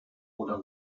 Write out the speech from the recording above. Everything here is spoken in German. oder